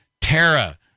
Tara